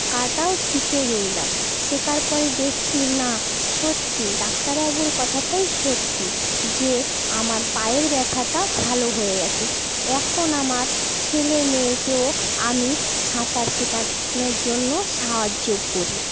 কাটাও শিখে গেলাম শেখার পরে দেখছি না সত্যি ডাক্তারবাবুর কথাটাই সত্যি যে আমার পায়ের ব্যথাটা ভালো হয়ে গেছে এখন আমার ছেলেমেয়েকেও আমি সাঁতার শেখানোর জন্য সাহায্য করি